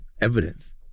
evidence